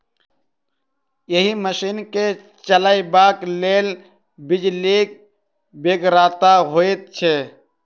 एहि मशीन के चलयबाक लेल बिजलीक बेगरता होइत छै